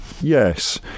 Yes